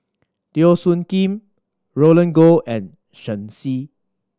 Teo Soon Kim Roland Goh and Shen Xi